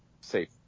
safe